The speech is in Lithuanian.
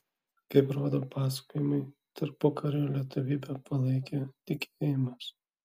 kaip rodo pasakojimai tarpukariu lietuvybę palaikė tikėjimas